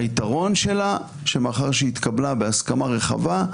היתרון של הוא שמאחר שהיא התקבלה בהסכמה רחבה,